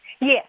Yes